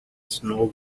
snow